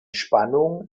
spannung